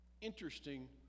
Interesting